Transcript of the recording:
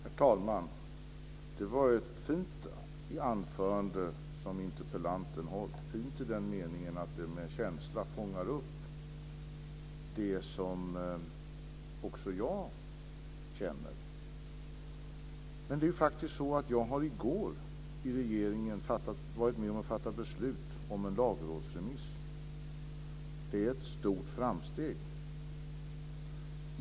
Herr talman! Det var ett fint anförande som interpellanten höll, fint i den meningen att det med känsla fångar upp det som också jag känner. Men i går var jag faktiskt i regeringen med om att fatta beslut om en lagrådsremiss. Det är ett stort framsteg.